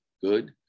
good